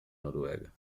noruega